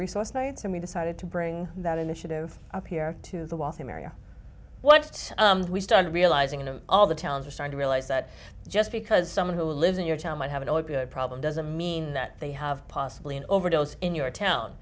resource nights and we decided to bring that initiative up here to the waltham area what we started realizing and all the towns are start to realize that just because someone who lives in your town might have an opiate problem doesn't mean that they have possibly an overdose in your town